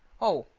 oh,